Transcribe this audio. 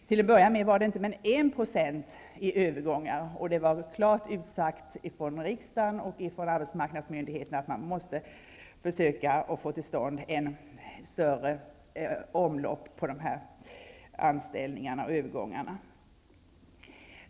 Till att börja med var det inte mer än 1 % i övergångar, och det var klart utsagt från riksdagen och arbetsmarknadsmyndigheterna att ett större omlopp måste komma till stånd för de här anställningarna och övergångarna.